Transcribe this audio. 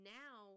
now